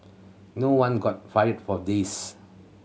no one got fired for this